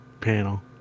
panel